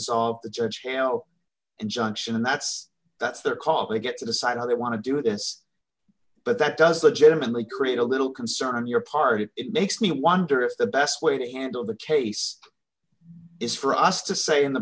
dissolve the judge him no injunction and that's that's their call they get to decide how they want to do this but that does the gentlemanly create a little concern on your part it makes me wonder if the best way to handle the case is for us to say in the